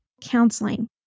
counseling